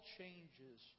Changes